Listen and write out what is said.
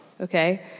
okay